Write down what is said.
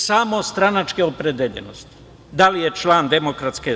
Samo stranačke opredeljenosti, da li je član DS ili ne.